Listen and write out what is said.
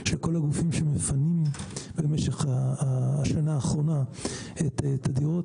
של כל הגופים שמפנים במשך השנה האחרונה את הדירות.